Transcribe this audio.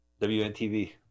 WNTV